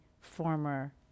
former